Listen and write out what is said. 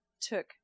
took